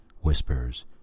Whispers